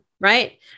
right